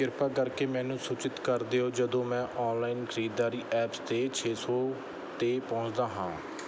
ਕ੍ਰਿਪਾ ਕਰਕੇ ਮੈਨੂੰ ਸੂਚਿਤ ਕਰ ਦਿਉ ਜਦੋਂ ਮੈਂ ਔਨਲਾਇਨ ਖਰੀਦਾਰੀ ਐਪਸ 'ਤੇ ਛੇ ਸੌ 'ਤੇ ਪਹੁੰਚਦਾ ਹਾਂ